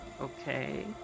Okay